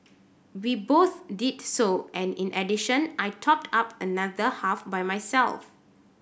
we both did so and in addition I topped up another half by myself